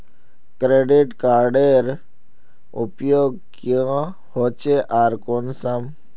Credit कार्डेर उपयोग क्याँ होचे आर कुंसम?